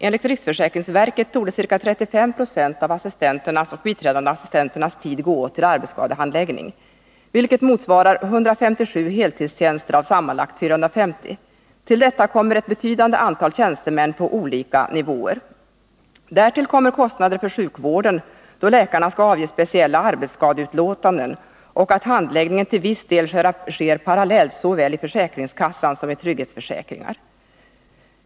Enligt riksförsäkringsverket torde ca 35 76 av assistenternas och biträdande assistenternas tid gå åt till arbetsskadehandläggning, vilket motsvarar 157 heltidstjänster av sammanlagt 450. Till detta kommer ett betydande antal tjänstemän på olika nivåer. Därtill kommer också kostnader för sjukvården, då läkarna skall avge speciella arbetsskadeutlåtanden, och att handläggningen till viss del sker parallellt, såväl i försäkringskassan som i trygghetsförsäkringar.